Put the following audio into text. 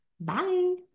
Bye